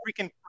freaking